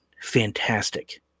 fantastic